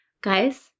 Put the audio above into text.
Guys